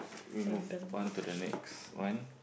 we move on to the next one